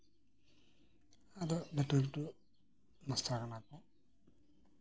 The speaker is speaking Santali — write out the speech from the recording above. ᱟᱫᱚ ᱞᱟᱹᱴᱩ ᱞᱟᱹᱴᱩ ᱢᱟᱥᱴᱟᱨ ᱠᱟᱱᱟ ᱠᱚ